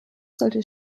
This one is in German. sollte